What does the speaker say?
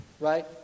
Right